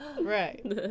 Right